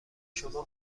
شما